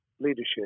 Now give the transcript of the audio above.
leadership